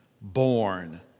born